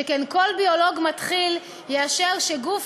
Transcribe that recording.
שכן כל ביולוג מתחיל יאשר שגוף,